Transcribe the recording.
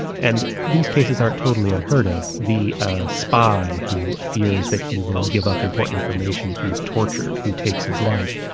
and these cases aren't totally unheard-of. the spy who fears that he will give up important information if he is tortured, who takes his life,